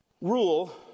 rule